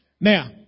Now